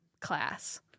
class